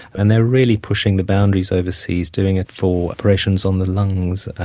and they are really pushing the boundaries overseas, doing it for operations on the lungs,